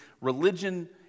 religion